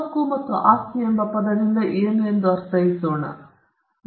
ಇದೀಗ ಹಕ್ಕು ಮತ್ತು ಆಸ್ತಿ ಎಂಬ ಪದದಿಂದ ನಾವು ಏನನ್ನು ಅರ್ಥೈಸುತ್ತೇವೆ ಎಂದು ಈಗ ನೋಡಿದ್ದೇವೆ